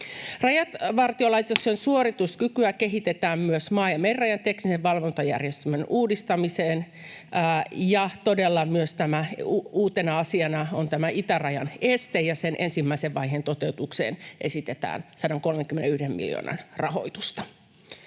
Rajavartiolaitoksen suorituskykyä kehitetään myös maa- ja merirajan teknisen valvontajärjestelmän uudistamiseen. Ja todella uutena asiana on myös tämä itärajan este, ja sen ensimmäisen vaiheen toteutukseen esitetään 131 miljoonan rahoitusta.